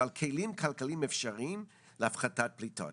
ועל כלים כלכליים אפשריים להפחתת פליטות.